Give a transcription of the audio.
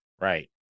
Right